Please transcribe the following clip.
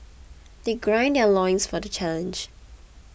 they gird their loins for the challenge